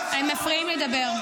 אבל --- הם מפריעים לי לדבר.